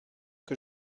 que